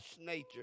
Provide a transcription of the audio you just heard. nature